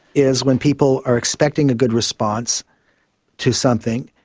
is when people are expecting a good response to something,